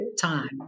time